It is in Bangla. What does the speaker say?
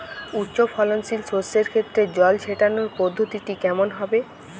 উচ্চফলনশীল শস্যের ক্ষেত্রে জল ছেটানোর পদ্ধতিটি কমন হবে?